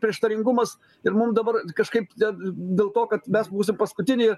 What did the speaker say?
prieštaringumas ir mum dabar kažkaip net dėl to kad mes būsim paskutiniai